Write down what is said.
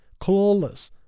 clawless